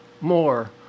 more